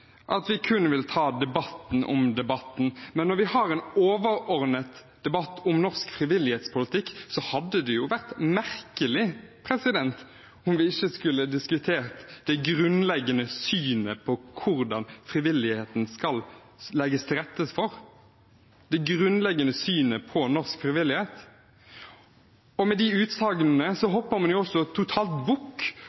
at vi kun vil ta debatten om debatten. Men når vi har en overordnet debatt om norsk frivillighetspolitikk, hadde det vært merkelig om vi ikke skulle diskutert det grunnleggende synet på hvordan det skal legges til rette for frivilligheten, og det grunnleggende synet på norsk frivillighet. Med de utsagnene